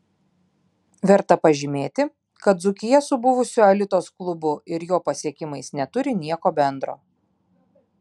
verta pažymėti kad dzūkija su buvusiu alitos klubu ir jo pasiekimais neturi nieko bendro